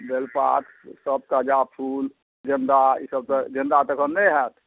बेलपात सब ताजा फूल गेंदा ई सब तऽ गेंदा तऽ एखन नहि होएत